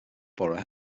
borough